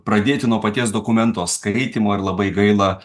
pradėti nuo paties dokumento skaitymo ir labai gaila